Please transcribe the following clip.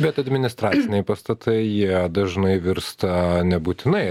bet administraciniai pastatai jie dažnai virsta nebūtinai